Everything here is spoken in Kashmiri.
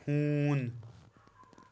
ہوٗن